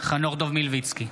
חנוך דב מלביצקי,